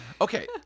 Okay